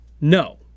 No